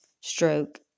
stroke